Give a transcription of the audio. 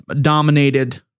dominated